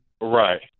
right